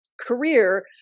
career